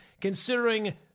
considering